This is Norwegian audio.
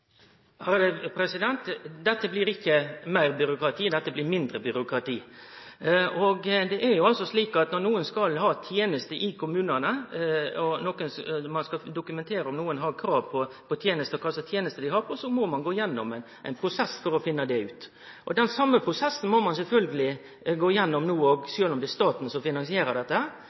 Dette blir ikkje meir byråkrati, dette blir mindre byråkrati. Det er jo altså slik at når nokon skal ha ei teneste i kommunane og ein skal dokumentere om nokon har krav på tenester, og kva slags tenester dette er, må ein gå gjennom ein prosess for å finne det ut. Den same prosessen må ein sjølvsagt gå gjennom no òg, sjølv om det er staten som finansierer dette.